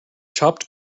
chopped